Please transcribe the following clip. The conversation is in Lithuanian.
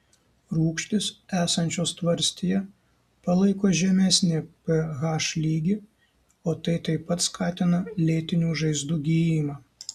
rūgštys esančios tvarstyje palaiko žemesnį ph lygį o tai taip pat skatina lėtinių žaizdų gijimą